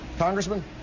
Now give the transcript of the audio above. congressman